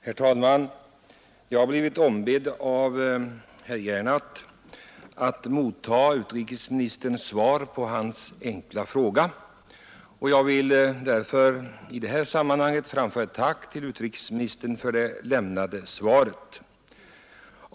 Herr talman! Jag har blivit ombedd av herr Gernandt att motta utrikesministerns svar på hans enkla fråga, och jag vill därför framföra ett tack till utrikesministern för det lämnade svaret.